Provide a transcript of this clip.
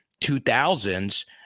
2000s